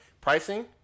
Pricing